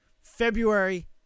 February